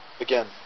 Again